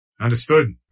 Understood